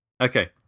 Okay